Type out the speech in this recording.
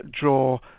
draw